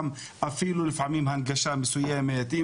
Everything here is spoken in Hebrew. אפילו לפעמים הנגשה מסויימת,